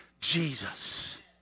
Jesus